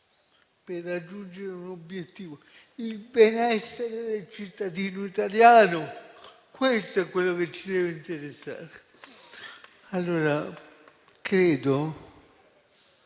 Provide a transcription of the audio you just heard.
per raggiungere un obiettivo: il benessere del cittadino italiano. Questo è quello che ci deve interessare. Ministro